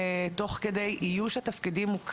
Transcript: תוך כדי כך שאיוש התפקידים הוא קריטי.